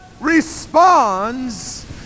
responds